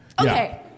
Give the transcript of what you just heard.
okay